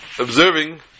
observing